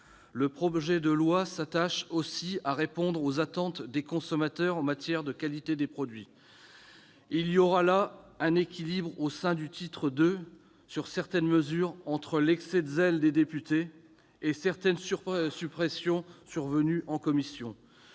Le projet de loi s'attache aussi à répondre aux attentes des consommateurs en matière de qualité des produits. Il y aura un équilibre à trouver au sein du titre II sur certaines mesures, pour compenser l'excès de zèle des députés et quelques suppressions survenues en commission.